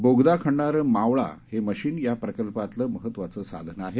बोगदा खणणारं मावळा हे यंत्र या प्रकल्पातलं महत्त्वाचं साधन आहे